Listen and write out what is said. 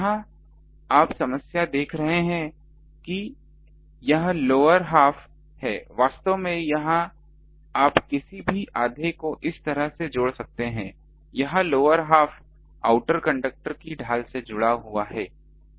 यहाँ आप समस्या देख रहे हैं कि यह लोअर हाफ है वास्तव में यह आप किसी भी आधे को इस तरह से जोड़ सकते हैं यह लोअर हाफ आउटर कंडक्टर की ढाल से जुड़ा हुआ है